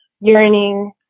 yearning